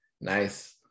Nice